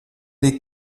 les